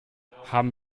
haben